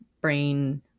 brain